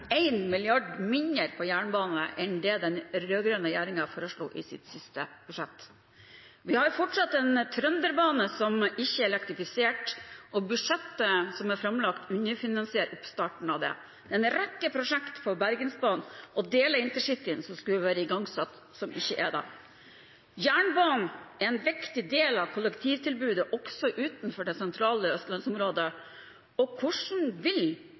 mindre på jernbane enn det den rød-grønne regjeringen foreslo i sitt siste budsjett. Vi har fortsatt ikke elektrifisert Trønderbanen, og budsjettet som er framlagt, underfinansierer oppstarten av den, og vi har en rekke prosjekter på Bergensbanen og deler av intercity som skulle ha vært igangsatt, som ikke er det. Jernbanen er en viktig del av kollektivtilbudet også utenfor det sentrale